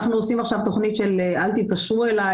אנחנו עושים עכשיו תוכנית של "אל תתקשרו אליי",